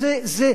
יש,